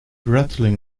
rattling